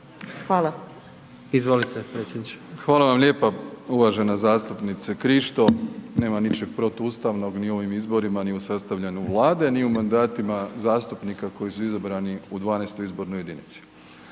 **Plenković, Andrej (HDZ)** Hvala vam lijepa uvažena zastupnice Krišto, nema ničeg protuustavnog ni u ovim izborima, ni u sastavljanu vlade, ni u mandatima zastupnika koji su izabrani u 12. izbornoj jedinici.